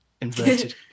inverted